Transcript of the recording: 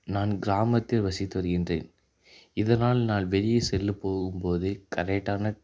நான் கிராமத்தில் வசித்து வருகின்றேன் இதனால் நான் வெளியே செல்லப் போகும்போது கரெக்டான